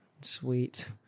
sweet